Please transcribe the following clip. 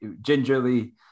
gingerly